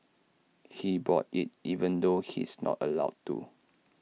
he bought IT even though he's not allowed to